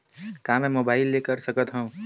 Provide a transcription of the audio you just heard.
का मै मोबाइल ले कर सकत हव?